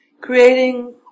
creating